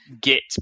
Git